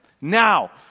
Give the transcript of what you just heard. Now